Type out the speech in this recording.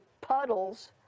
puddles